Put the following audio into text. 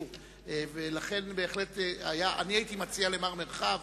לכן הייתי מציע למר מרחב,